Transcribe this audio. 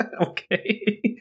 Okay